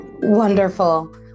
wonderful